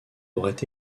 auraient